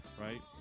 Right